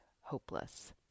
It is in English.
hopeless